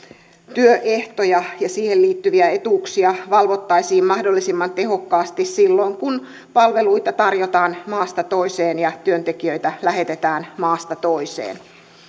työehtoja ja niihin liittyviä etuuksia valvottaisiin mahdollisimman tehokkaasti silloin kun palveluita tarjotaan maasta toiseen ja työntekijöitä lähetetään maasta toiseen